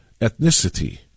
ethnicity